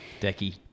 Decky